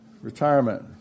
Retirement